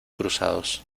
cruzados